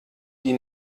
die